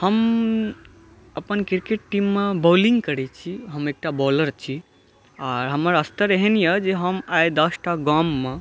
हम्म अपन क्रिकेट टीममे बौलिंग करै छी हम एकटा बौलर छी आर हमर स्तर एहन जे हम आइ दसटा गाममे